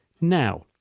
now